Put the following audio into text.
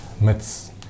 myths